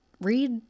read